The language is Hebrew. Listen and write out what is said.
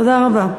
תודה רבה.